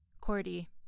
Cordy